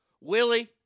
Willie